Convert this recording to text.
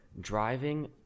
driving